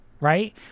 right